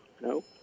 No